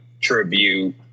tribute